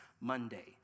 Monday